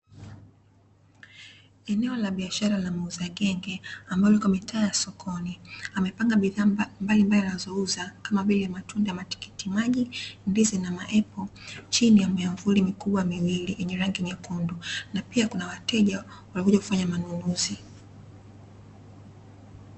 Eneo la biashara la muuza genge ambalo lipo mitaa ya sokoni, amepanga bidhaa mbalimbali anazouza, kama vile matunda, matikiti maji, ndzi na maepo chini ya miamvuli mikubwa miwili yenye rangi nyekundu, na pia kuna wateja waliokuja kufanya manunuzi.